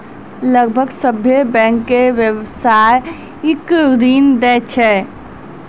लगभग सभ्भे बैंकें व्यवसायिक ऋण दै छै